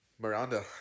miranda